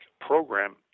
program